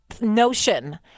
notion